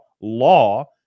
law